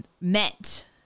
met